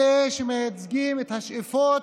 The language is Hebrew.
את אלה שמייצגים את השאיפות,